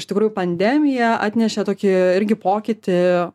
iš tikrųjų pandemija atnešė tokį irgi pokytį